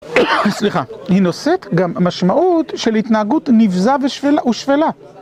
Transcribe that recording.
סליחה, היא נושאת גם משמעות של התנהגות נבזה ושפלה.